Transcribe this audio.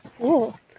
Cool